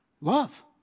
love